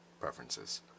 preferences